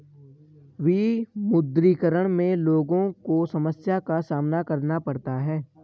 विमुद्रीकरण में लोगो को समस्या का सामना करना पड़ता है